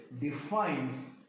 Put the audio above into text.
defines